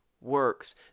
works